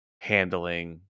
handling